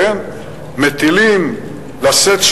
מטילים לשאת,